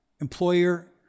employer